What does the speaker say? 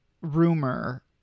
rumor